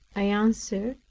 i answered,